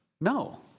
No